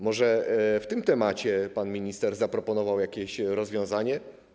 Może w tym zakresie pan minister zaproponował jakieś rozwiązanie?